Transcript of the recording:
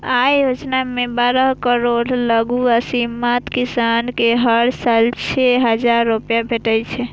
अय योजना मे बारह करोड़ लघु आ सीमांत किसान कें हर साल छह हजार रुपैया भेटै छै